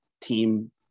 team